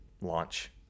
launch